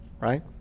right